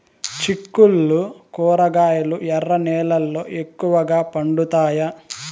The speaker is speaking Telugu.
చిక్కుళ్లు కూరగాయలు ఎర్ర నేలల్లో ఎక్కువగా పండుతాయా